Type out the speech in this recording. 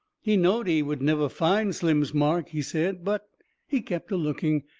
he knowed he would never find slim's mark, he said, but he kept a-looking,